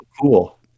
cool